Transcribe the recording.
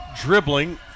dribbling